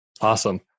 Awesome